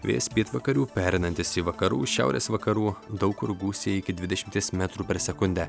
vėjas pietvakarių pereinantis į vakarų šiaurės vakarų daug kur gūsiai iki dvidešimties metrų per sekundę